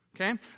Okay